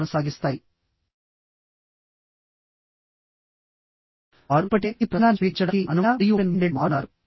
వారు ఇప్పటికే మీ ప్రసంగాన్ని స్వీకరించడానికి అనువైన మరియు ఓపెన్ మైండెడ్గా మారుతున్నారు